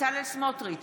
בצלאל סמוטריץ'